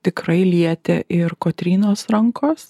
tikrai lietė ir kotrynos rankos